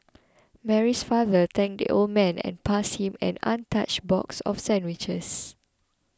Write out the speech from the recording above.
Mary's father thanked the old man and passed him an untouched box of sandwiches